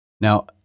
Now